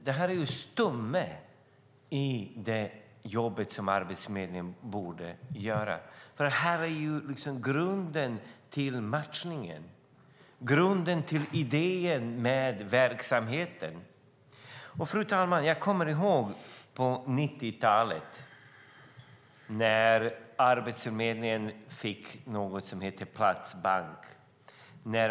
Detta är en stomme i det jobb som Arbetsförmedlingen borde göra. Det är grunden till matchningen, grunden till idén med verksamheten. Fru talman! Jag kommer ihåg när Arbetsförmedlingen på 90-talet fick något som hette Platsbanken.